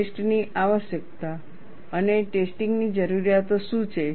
test ની આવશ્યકતા અને ટેસ્ટિંગ ની જરૂરિયાતો શું છે